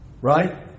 right